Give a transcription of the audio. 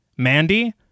Mandy